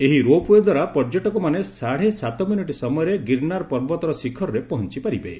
ଏହି ropeway ଦ୍ୱାରା ପର୍ଯ୍ୟଟକମାନେ ସାଢ଼େ ସାତମିନିଟ୍ ସମୟରେ ଗିର୍ନାର ପର୍ବତର ଶିଖରରେ ପହଞ୍ଚ ପାରିବେ